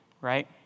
right